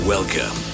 Welcome